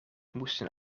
moesten